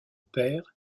pair